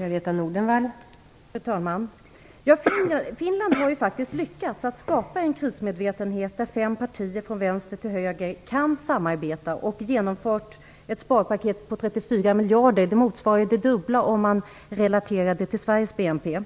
Fru talman! Finland har faktiskt lyckats att skapa en krismedvetenhet där fem partier från vänster till höger kan samarbeta. Man har genomfört ett sparpaket på 34 miljarder. Det motsvarar det dubbla om man relaterar det till Sveriges BNP.